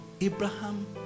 Abraham